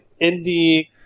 indie